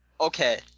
okay